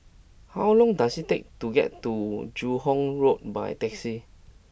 how long does it take to get to Joo Hong Road by taxi